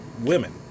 women